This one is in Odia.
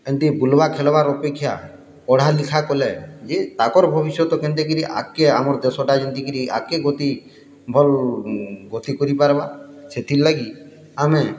ଏନ୍ତି ବୁଲ୍ବାର୍ ଖେଲ୍ବାର୍ ଅପେକ୍ଷା ପଢ଼ାଲିଖା କଲେ ଯେ ତାକର୍ ଭବିଷ୍ୟତ୍ କେନ୍ତାକରି ଆଗ୍କେ ଆମର୍ ଦେଶ୍ଟା ଜେନ୍ତିକରି ଆଗ୍କେ ଗତି ଭଲ୍ ଗତି କରିପାର୍ବା ସେଥିର୍ଲାଗି ଆମେ